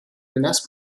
menace